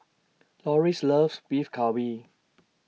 Lorries loves Beef Galbi